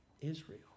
Israel